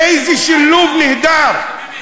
אתה לא יודע שבדמוקרטיה הרוב קובע,